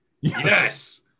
Yes